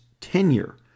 tenure